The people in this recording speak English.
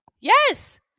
yes